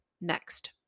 next